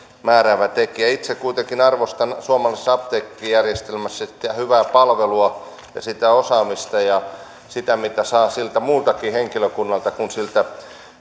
määräävä tekijä itse kuitenkin arvostan suomalaisessa apteekkijärjestelmässä hyvää palvelua ja sitä osaamista ja sitä mitä saa siltä muultakin henkilökunnalta kuin siltä